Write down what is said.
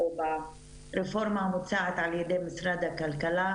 ברפורמה המוצעת על ידי משרד הכלכלה,